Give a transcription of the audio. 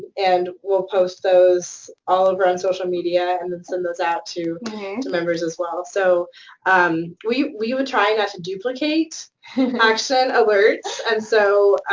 and we'll post those all over on social media and then send those out to members, as well. so um we we try not to duplicate action alerts, and so